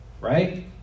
Right